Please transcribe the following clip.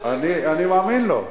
אני מאמין לו.